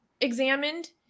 examined